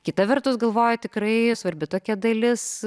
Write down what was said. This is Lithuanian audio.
kita vertus galvoju tikrai svarbi tokia dalis